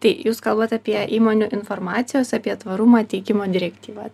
tai jūs kalbate apie įmonių informacijos apie tvarumo teikimo direktyvą